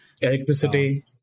electricity